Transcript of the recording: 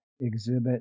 exhibit